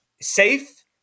safe